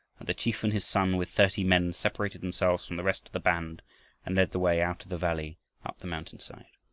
and the chief and his son with thirty men separated themselves from the rest of the band and led the way out of the valley up the mountainside.